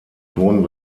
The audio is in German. ton